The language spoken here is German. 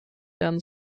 werden